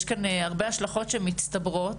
יש כאן הרבה השלכות שמצטברות.